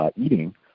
eating